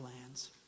lands